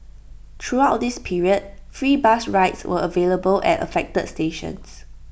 throughout this period free bus rides were available at affected stations